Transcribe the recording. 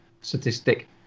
statistic